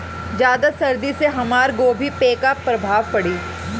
ज्यादा सर्दी से हमार गोभी पे का प्रभाव पड़ी?